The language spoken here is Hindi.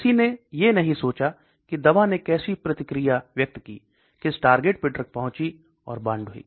किसी ने नहीं सोचा की दवा ने कैसी प्रतिक्रिया व्यक्त की किस टारगेट पे ड्रग पहुंची और बाउंड हुई